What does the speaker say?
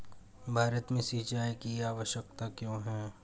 भारत में सिंचाई की आवश्यकता क्यों है?